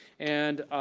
and